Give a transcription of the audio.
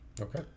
Okay